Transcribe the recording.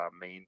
main